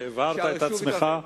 הבהרת את עצמך.